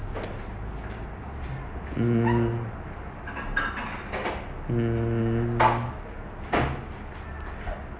mm mm